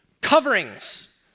Coverings